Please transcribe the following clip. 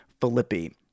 Filippi